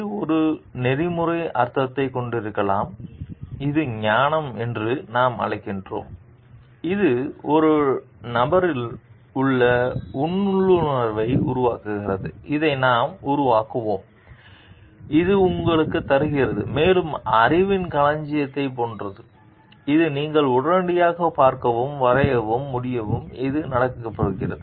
இது ஒரு நெறிமுறை அர்த்தத்தைக் கொண்டிருக்கலாம்இது ஞானம் என்று நாம் அழைக்கிறோம் இது நபரில் உள்ள உள்ளுணர்வை உருவாக்குகிறது இதை நாம் உருவாக்குகிறோம் அது உங்களுக்குத் தருகிறது மேலும் அறிவின் களஞ்சியத்தைப் போன்றது இது நீங்கள் உடனடியாக பார்க்கவும் வரையவும் முடியும் இது நடக்கப்போகிறது